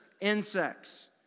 insects